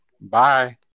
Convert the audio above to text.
bye